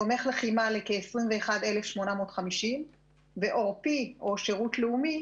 תומך לחימה זכאי ל-21,850 ₪; עורפי או שירות לאומי,